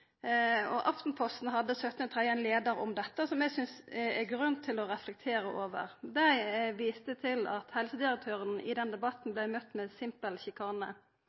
kreftmedikament. Aftenposten hadde den 17. mars ein leiar om dette som eg synest det er grunn til å reflektera over. Ein viste til at helsedirektøren i den debatten blei møtt med simpel